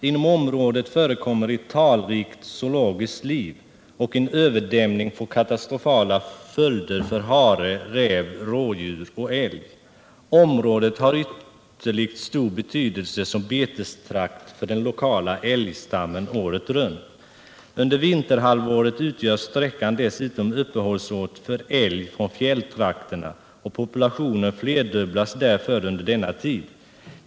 Inom området förekommer ett talrikt zoologiskt liv, och en överdämning får katastrofala följder för hare, räv, rådjur och älg. Området har ytterligt stor betydelse som betestrakt för den lokala älgstammen året runt. Under vinterhalvåret utgör sträckan dessutom uppehållsort för älg från fjälltrakterna, och populationen flerdubblas därför under denna tid.